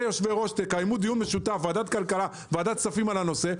תקיימו דיון משותף של ועדת הכלכלה וועדת הכספים בנושא,